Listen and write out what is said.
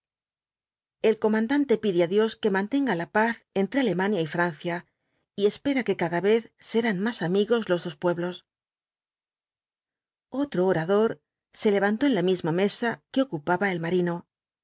el comandante pide á dios que mantenga la paz entre alemania y francia y espera que cada vez serán más amigos los dos pueblos otro orador se levantó en la misma mesa que ocu paba el marino era